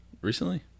Recently